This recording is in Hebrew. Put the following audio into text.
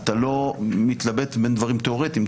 אתה לא מתלבט בין דברים תאורטיים.